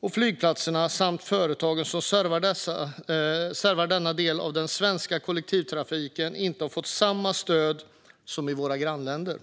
och flygplatserna, samt företagen som servar denna del av den svenska kollektivtrafiken, att få samma stöd som i våra grannländer.